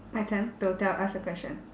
my turn to tell ask a question